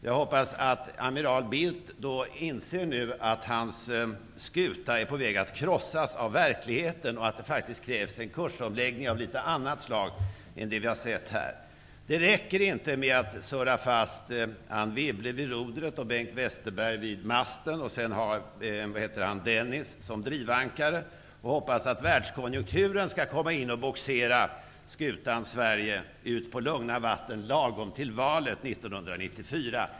Jag hoppas att amiral Bildt nu inser att hans skuta är på väg att krossas av verkligheten och att det faktiskt krävs en kursomläggning av litet annat slag än den vi har sett. Det räcker inte med att surra fast Anne Wibble vid rodret och Bengt Westerbeg vid masten och sedan ha Bengt Dennis som drivankare och hoppas att världskonjunkturen skall komma och bogsera skutan Sverige ut på lugna vatten lagom till valet 1994.